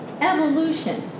evolution